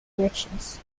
directions